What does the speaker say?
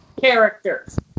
characters